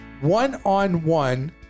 one-on-one